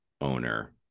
owner